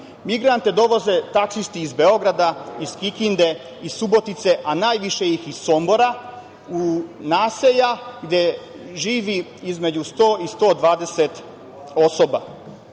Migrante dovoze taksisti iz Beograda, iz Kikinde, iz Subotice, a najviše ih je iz Sombora u naselja gde živi između 100-120 osoba. Šef